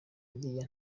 biriya